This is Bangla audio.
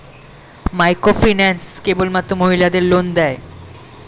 মাইক্রোফিন্যান্স কেবলমাত্র মহিলাদের লোন দেয়?